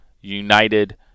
united